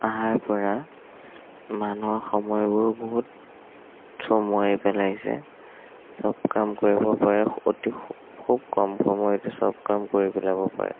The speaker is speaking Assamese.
অহাৰ পৰা মানুহৰ সময়বোৰ বহুত চমুৱাই পেলাইছে চব কাম কৰিব পাৰে অতি খুব কম সময়তে চব কাম কৰি পেলাব পাৰে